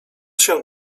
się